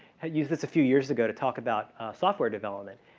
it uses a few years ago to talk about software development.